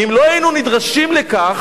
כי אם לא היינו נדרשים לכך